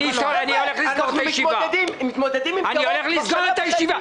אנחנו מתמודדים עם --- אני הולך לסגור את הישיבה.